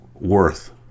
worth